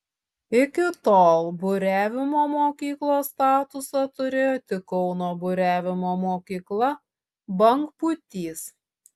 iki tol buriavimo mokyklos statusą turėjo tik kauno buriavimo mokykla bangpūtys